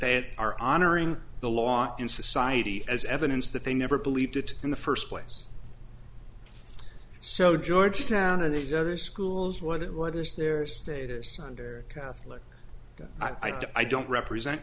they are honoring the law in society as evidence that they never believed it in the first place so georgetown and these other schools what it what is their status under catholic i don't represent